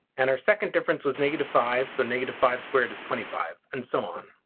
and our second difference was five. so five squared is twenty five and so on.